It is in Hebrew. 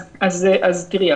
אז תראי,